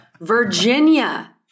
Virginia